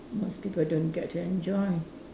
most people don't get to enjoy